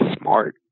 smart